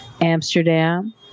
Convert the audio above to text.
Amsterdam